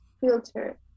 filter